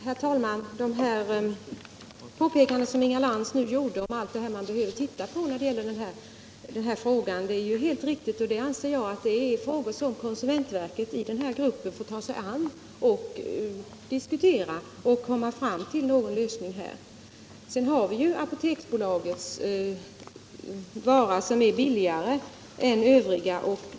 Herr talman! De påpekanden som Inga Lantz gjorde om allt som man behöver titta på är alldeles riktiga. Jag anser att detta är frågor som konsumentverket får ta sig an och diskutera för att komma fram till en lösning. Sedan har vi ju Apoteksbolagets vara som är billigare än övriga.